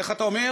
איך אתה אומר,